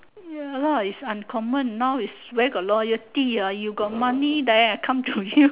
ya lor is uncommon where got loyalty ah you got money then I come to you